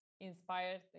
inspired